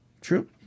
True